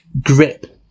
grip